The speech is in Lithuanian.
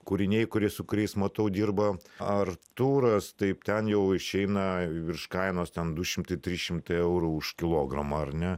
kūriniai kurie su kuriais matau dirba artūras taip ten jau išeina virš kainos ten du šimtai trys šimtai eurų už kilogramą ar ne